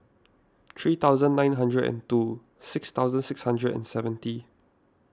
three thousand nine hundred and two six thousand six hundred and seventy